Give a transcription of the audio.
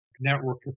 network